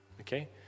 Okay